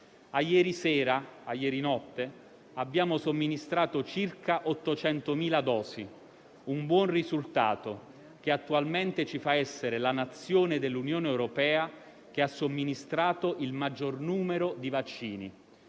previsto. A ieri notte abbiamo somministrato circa 800.000 dosi: un buon risultato, che attualmente ci fa essere la Nazione dell'Unione europea che ha somministrato il maggior numero di vaccini.